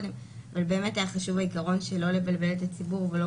אבל היה חשוב העיקרון שלא לבלבל את הציבור ולא